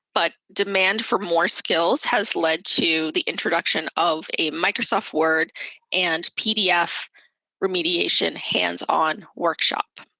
but demand for more skills has led to the introduction of a microsoft word and pdf remediation hands-on workshop.